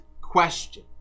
question